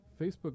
Facebook